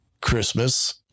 Christmas